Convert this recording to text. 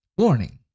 Warning